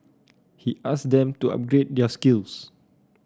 he asked them to upgrade their skills